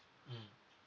mmhmm